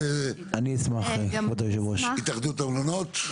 אז יצטרכו לעשות להן ריענון, לרפרש אותן.